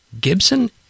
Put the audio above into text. Gibson